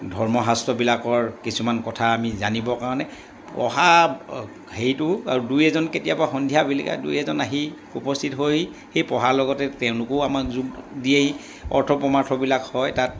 ধৰ্ম শাস্ত্ৰবিলাকৰ কিছুমান কথা আমি জানিবৰ কাৰণে পঢ়া হেৰিটো আৰু দুই এজন কেতিয়াবা সন্ধিয়া বেলিকা দুই এজন আহি উপস্থিত হৈ সেই পঢ়াৰ লগতে তেওঁলোকেও আমাক যোগ দিয়েহি অৰ্থ প্ৰমাৰ্থবিলাক হয় তাত